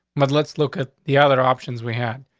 but let's look at the other options we had.